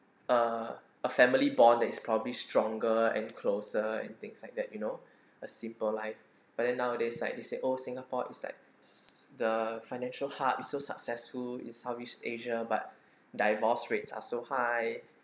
uh a family bond is probably stronger and closer and things like that you know a simple life but then nowadays like they say oh singapore is like s~ the financial hub is so successful in southeast asia but divorce rates are so high